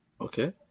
Okay